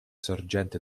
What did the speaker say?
sorgente